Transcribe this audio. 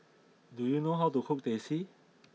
do you know how to cook Teh C